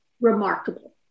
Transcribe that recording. remarkable